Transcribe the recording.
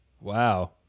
Wow